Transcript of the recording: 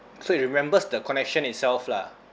so it remembers the connection itself lah